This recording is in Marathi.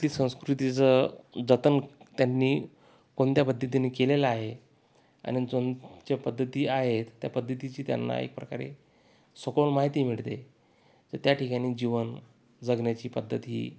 तिथली संस्कृती ज जतन त्यांनी कोणत्या पद्धतीने केलेलं आहे आणि जोणच्या पद्धती आहेत त्या पद्धतीची त्यांना एकप्रकारे सखोल माहिती मिळते तर त्या ठिकाणी जीवन जगण्याची पद्धत ही